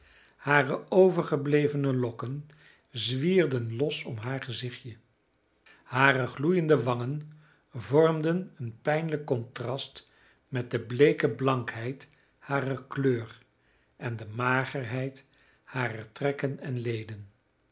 hare overgeblevene lokken zwierden los om haar gezichtje hare gloeiende wangen vormden een pijnlijk contrast met de bleeke blankheid harer kleur en de magerheid harer trekken en leden